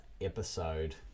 episode